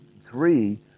three